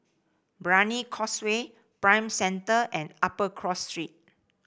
Brani Causeway Prime Centre and Upper Cross Street